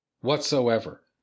whatsoever